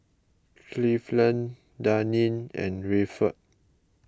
Cleveland Daneen and Rayford